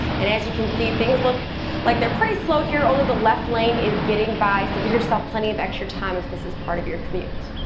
and as you can see, things look like they're slow here, only the left lane is getting by. so give yourself plenty of extra time if this is part of your commute.